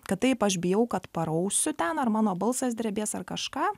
kad taip aš bijau kad parausiu ten ar mano balsas drebės ar kažką